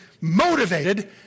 motivated